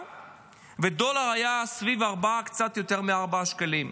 והדולר היה סביב קצת יותר מ-4 שקלים.